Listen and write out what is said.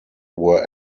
were